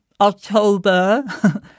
October